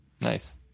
Nice